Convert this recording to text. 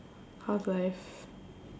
how's life